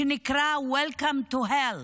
שנקרא Welcome to hell,